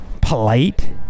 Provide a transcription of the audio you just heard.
polite